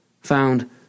found